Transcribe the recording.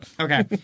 Okay